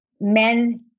men